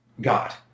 God